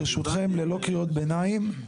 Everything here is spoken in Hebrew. ברשותכם ללא קריאות ביניים,